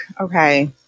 okay